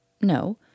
No